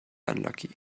unlucky